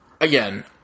again